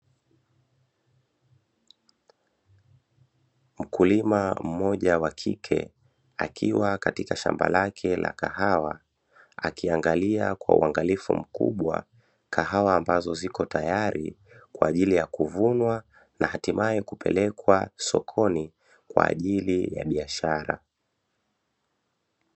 Mkulima mmoja wa kike akiwa katika shamba lake la kahawa, akiangalia kwa uangalifu mkubwa kahawa ambazo ziko tayari kwa ajili ya kuvunwa hatimaye kupelekwa sokoni kwa ajili ya biashara.